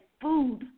food